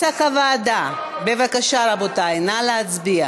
נא להצביע.